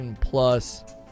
Plus